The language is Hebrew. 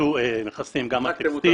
הופחתו מכסים גם על טקסטיל.